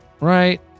right